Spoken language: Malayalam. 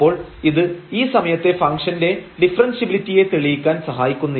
അപ്പോൾ ഇത് ഈ സമയത്തെ ഫംഗ്ഷൻറെ ഡിഫറെൻഷ്യബിലിറ്റിയെ തെളിയിക്കാൻ സഹായിക്കുന്നില്ല